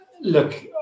Look